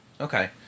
Okay